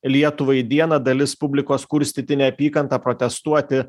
lietuvai dieną dalis publikos kurstyti neapykantą protestuoti